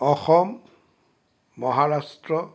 Assam Maharashtra